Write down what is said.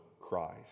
Christ